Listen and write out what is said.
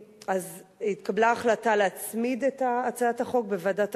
התקבלה החלטה להצמיד את הצעת החוק בוועדת